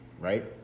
right